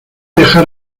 dejar